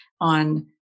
on